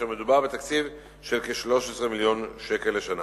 כאשר מדובר בתקציב של כ-13 מיליון שקל בשנה.